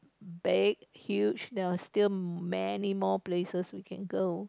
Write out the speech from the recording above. big huge there are still many more places we can go